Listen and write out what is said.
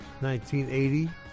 1980